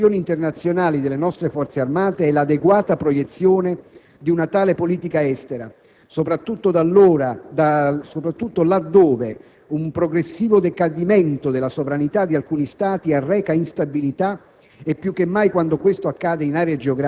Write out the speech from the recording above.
e la consapevolezza che l'utilizzo in missioni internazionali delle nostre Forze armate è l'adeguata proiezione di una tale politica estera, soprattutto laddove un progressivo decadimento della sovranità di alcuni Stati arreca instabilità,